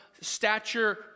stature